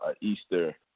Easter